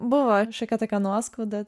buvo šiokia tokia nuoskauda